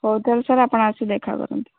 ହଉ ତା'ହେଲେ ସାର୍ ଆପଣ ଆସି ଦେଖା କରନ୍ତୁ